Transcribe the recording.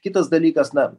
kitas dalykas na